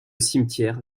cimetière